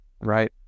right